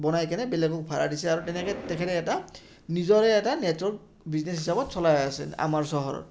বনাই কেনে বেলেগক ভাড়া দিছে আৰু তেনেকে তেখেতে এটা নিজৰে এটা নেটৱৰ্ক বিজনেছ হিচাপত চলাই আছে আমাৰ চহৰৰ